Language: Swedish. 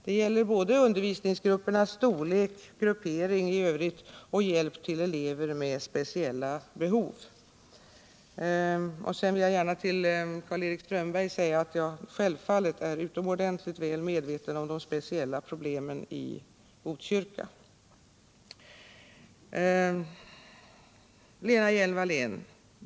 Det gäller både undervisningsgruppernas storlek, grupperingar i övrigt och hjälp till elever med speciella behov. Sedan vill jag gärna till Karl-Erik Strömberg säga att jag självfallet är utomordentligt väl medveten om de speciella problemen i Botkyrka. Lena Hjelm-Wallén!